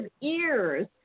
ears